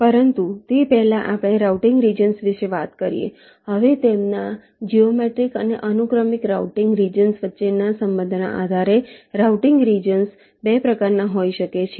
પરંતુ તે પહેલા આપણે રાઉટીંગ રિજન્સ વિશે વાત કરીએ હવે તેમના જીઓમેટ્રિક અને અનુક્રમિક રાઉટીંગ રિજન્સ વચ્ચેના સંબંધના આધારે રાઉટીંગ રિજન્સ 2 પ્રકારના હોઈ શકે છે